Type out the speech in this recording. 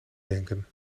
denken